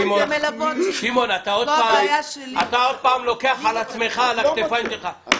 שמעון, אתה עוד פעם לוקח על הכתפיים שלך.